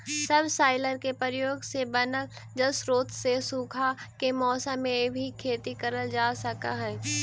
subsoiler के प्रयोग से बनल जलस्रोत से सूखा के मौसम में भी खेती करल जा सकऽ हई